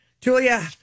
Julia